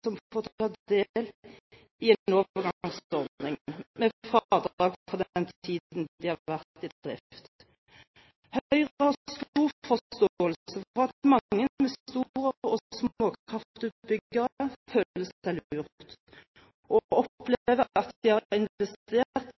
som får ta del i en overgangsordning, med fradrag for den tiden de har vært i drift. Høyre har stor forståelse for at mange investorer og småkraftutbyggere føler seg lurt og opplever at de har